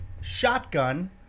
shotgun